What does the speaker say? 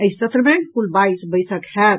एहि सत्र मे कुल बाईस बैसक होयत